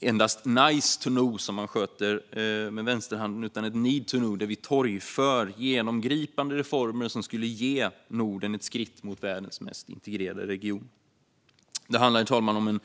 endast "nice to know" som man sköter med vänsterhanden utan ett "need to know" där vi torgför genomgripande reformer som skulle ge Norden ett skritt mot världens mest integrerade region. Det handlar, herr talman, om en